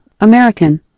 American